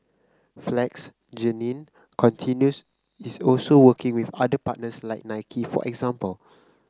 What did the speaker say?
flex Jeannine continues is also working with other partners like Nike for example